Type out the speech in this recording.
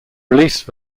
released